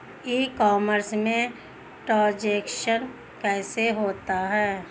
ई commerce में transaction कैसे होता है?